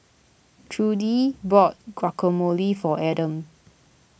Trudie bought Guacamole for Adams